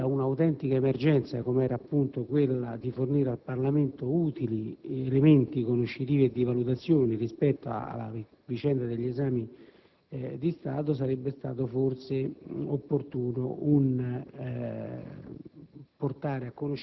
Di fronte ad un'autentica emergenza com'era quella di fornire al Parlamento utili elementi conoscitivi e di valutazione rispetto alla vicenda degli esami di Stato, sarebbe stato forse opportuno portare